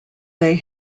they